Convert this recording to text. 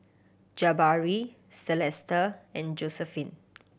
Jabari Celesta and Josiephine